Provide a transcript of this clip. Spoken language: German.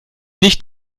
nicht